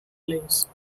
place